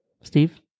Steve